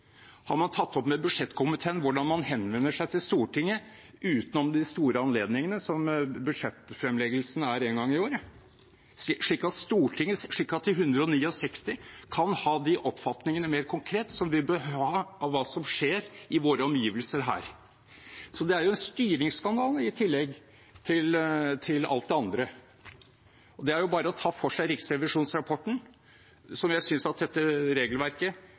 Har man tatt opp med budsjettkomiteen hvordan man henvender seg til Stortinget, utenom de store anledningene, slik som budsjettfremleggelsen er én gang i året, slik at Stortinget – de 169 – kan ha mer konkrete oppfatninger av hva som skjer i våre omgivelser her? Det er jo en styringsskandale, i tillegg til alt det andre. Det er bare å ta for seg riksrevisjonsrapporten, som jeg synes at dette regelverket